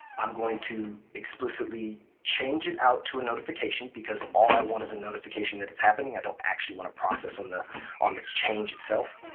i'm going to explicitly change it out to a notification. because all i want is a notification that it's happening, i don't actually want to process on the on the change itself.